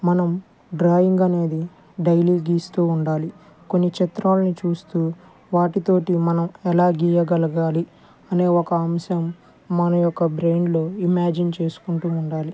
మనం డ్రాయింగ్ అనేది డైలీ గీస్తూ ఉండాలి కొన్ని చిత్రాలను చూస్తూ వాటితోటి మనం ఎలా గీయగలగాలి అనే ఒక అంశం మన యొక్క బ్రెయిన్లో ఇమాజిన్ చేసుకుంటూ ఉండాలి